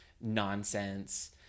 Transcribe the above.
nonsense